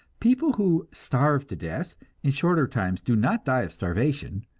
people who starve to death in shorter times do not die of starvation,